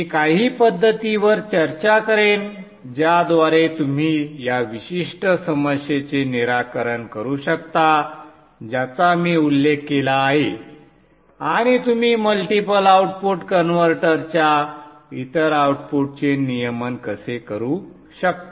मी काही पद्धतींवर चर्चा करेन ज्याद्वारे तुम्ही या विशिष्ट समस्येचे निराकरण करू शकता ज्याचा मी उल्लेख केला आहे आणि तुम्ही मल्टिपल आउटपुट कन्व्हर्टरच्या इतर आउटपुटचे नियमन कसे करू शकता